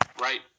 right